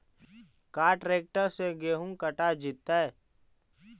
का ट्रैक्टर से गेहूं कटा जितै?